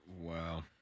wow